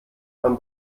man